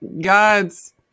God's